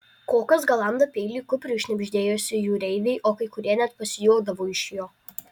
kokas galanda peilį kupriui šnibždėjosi jūreiviai o kai kurie net pasijuokdavo iš jo